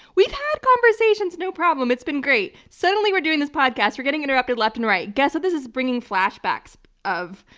we've had conversations no problem. it's been great. suddenly, we're doing this podcast, we're getting interrupted left and right. guess what this is bringing flashbacks of?